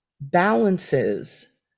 balances